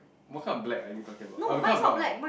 what kind of black are you talking about uh what kind of brown